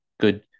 good